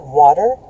water